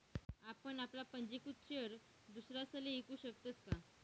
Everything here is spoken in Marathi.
आपण आपला पंजीकृत शेयर दुसरासले ईकू शकतस का?